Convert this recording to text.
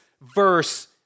verse